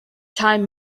time